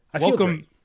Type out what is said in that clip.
Welcome